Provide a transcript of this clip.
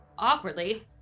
awkwardly